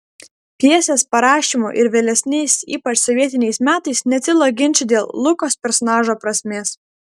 pjesės parašymo ir vėlesniais ypač sovietiniais metais netilo ginčai dėl lukos personažo prasmės